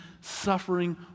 suffering